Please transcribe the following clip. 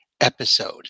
episode